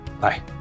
Bye